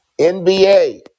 NBA